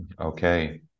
Okay